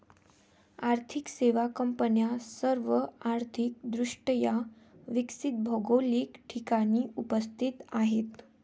आर्थिक सेवा कंपन्या सर्व आर्थिक दृष्ट्या विकसित भौगोलिक ठिकाणी उपस्थित आहेत